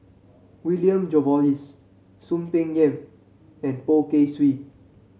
William Jervois Soon Peng Yam and Poh Kay Swee